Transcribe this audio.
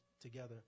together